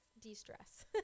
de-stress